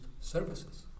services